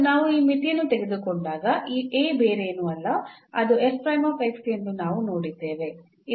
ಮತ್ತು ನಾವು ಈ ಮಿತಿಯನ್ನು ತೆಗೆದುಕೊಂಡಾಗ ಈ A ಬೇರೇನೂ ಅಲ್ಲ ಅದು ಎಂದು ನಾವು ನೋಡಿದ್ದೇವೆ